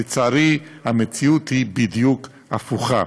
לצערי, המציאות היא בדיוק הפוכה.